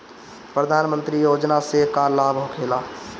प्रधानमंत्री योजना से का लाभ होखेला?